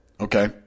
okay